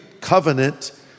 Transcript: covenant